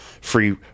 free